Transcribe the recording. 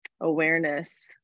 awareness